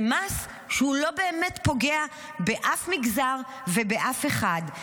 זה מס שהוא לא באמת פוגע באף מגזר ובאף אחד.